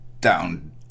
down